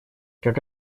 как